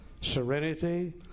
serenity